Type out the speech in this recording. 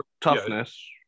toughness